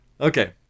Okay